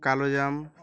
কালোজাম